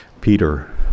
Peter